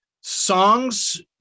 songs